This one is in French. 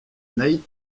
nait